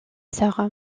sœur